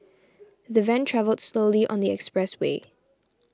the van travelled slowly on the expressway